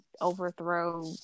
overthrow